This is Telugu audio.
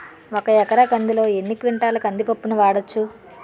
ఒక ఎకర కందిలో ఎన్ని క్వింటాల కంది పప్పును వాడచ్చు?